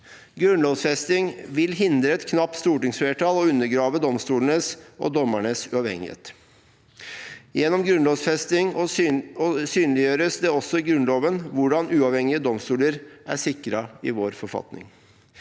Grunnlovfesting vil hindre et knapt stortingsflertall i å undergrave domstolenes og dommernes uavhengighet. Gjennom grunnlovfesting synliggjøres det også i Grunnloven hvordan uavhengige domstoler er sikret i vår forfatning.